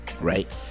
right